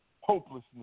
hopelessness